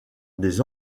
des